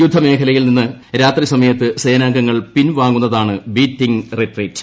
യുദ്ധ മേഖലയിൽ നിന്ന് രാത്രി സമയത്ത് സേനാംഗങ്ങൾ പിൻവാങ്ങുന്നതാണ് ബീറ്റിങ്ങ് റിട്രീറ്റ്